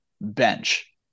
bench